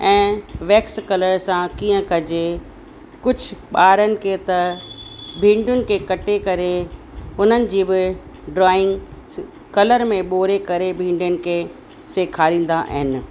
ऐं wax colour सां कीअं कजे कुझु ॿारनि खे त भिंडियुनि खे कटे करे उन्हनि जी बि डॉइंग कलर में ॿोड़े करे भिंडियुनि सां सेखारींदा आहिनि